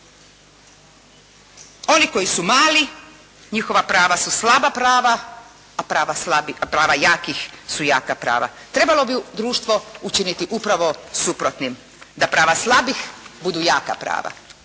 Oni koji su mali njihova prava su slaba prava, a prava jakih su jaka prava. Trebalo bi društvo učiniti upravo suprotnim, da prava slaba budu jaka prava.